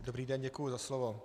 Dobrý den, děkuji za slovo.